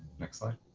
next slide.